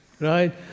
right